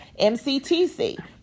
MCTC